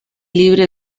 libre